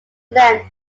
land